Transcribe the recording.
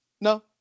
No